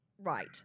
Right